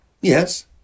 Yes